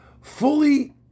fully